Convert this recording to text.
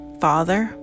father